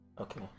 okay